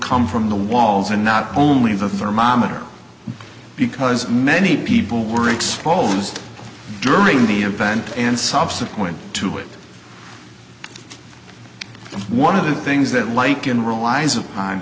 come from the walls and not only the thermometer because many people were exposed during the event and subsequent to it one of the things that lichen relies upon